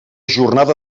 jornada